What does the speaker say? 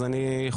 אז אני חושב,